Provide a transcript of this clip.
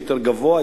יותר גבוה,